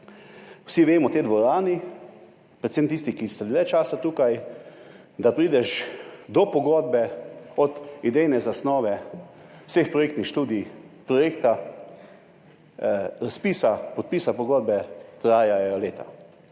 Vsi v tej dvorani, predvsem tisti, ki ste dlje časa tukaj, vemo, da prideš do pogodbe, od idejne zasnove, vseh projektnih študij, projekta, razpisa do podpisa pogodbe, traja leta.